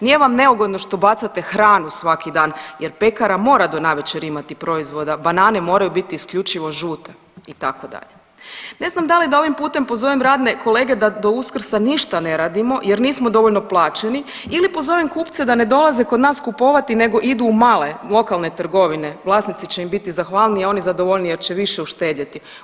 Nije vam neugodno što bacate hranu svaki dan, jer pekara mora do navečer imati proizvoda, banane moraju biti isključivo žute itd.“ Ne znam da li da ovim putem pozovem radne kolege da do Uskrsa ništa ne radimo jer nismo dovoljno plaćeni ili pozovem kupce da ne dolaze kod nas kupovati nego idu u male lokalne trgovine, vlasnici će im biti zahvalniji, a oni zadovoljniji jer će više uštedjeti.